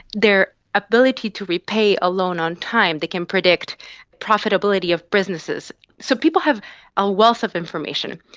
their ability to repay a loan on time. they can predict profitability of businesses. so people have a wealth of information.